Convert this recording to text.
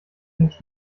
nicht